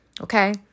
okay